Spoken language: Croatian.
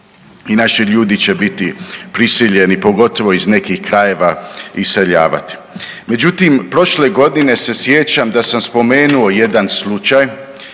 i naši ljudi će biti prisiljeni, pogotovo iz nekih krajeva, iseljavati. Međutim, prošle godine se sjećam da sam spomenuo jedan slušaj